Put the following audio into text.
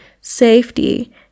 safety